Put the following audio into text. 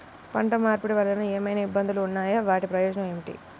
పంట మార్పిడి వలన ఏమయినా ఇబ్బందులు ఉన్నాయా వాటి ప్రయోజనం ఏంటి?